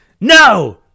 No